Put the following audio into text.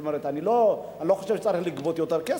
אני לא חושב שצריך לגבות יותר כסף,